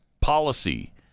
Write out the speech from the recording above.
policy